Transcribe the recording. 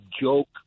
joke